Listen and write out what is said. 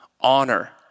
Honor